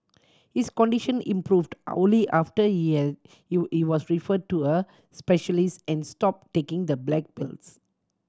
his condition improved only after was referred to a specialist and stopped taking the black pills